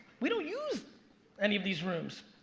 we don't use any of these rooms.